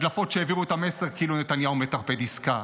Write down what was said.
הדלפות שהעבירו את המסר כאילו נתניהו מטרפד עסקה,